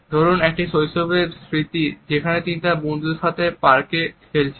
ধরুন একটি শৈশবের স্মৃতি যেখানে তারা তাদের বন্ধুদের সাথে পার্কে খেলছিলেন